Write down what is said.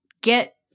Get